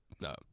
No